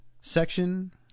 section